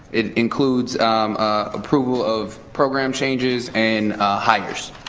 it includes approval of program changes and hires.